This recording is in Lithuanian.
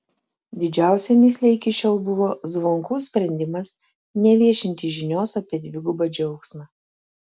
didžiausia mįsle iki šiol buvo zvonkų sprendimas neviešinti žinios apie dvigubą džiaugsmą